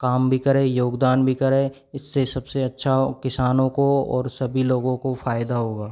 काम भी करे योगदान भी करे इस से सब से अच्छा किसानों को और सभी लोगों को फ़ायदा होगा